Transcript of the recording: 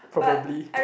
probably